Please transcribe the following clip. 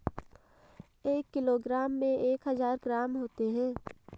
एक किलोग्राम में एक हजार ग्राम होते हैं